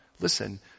listen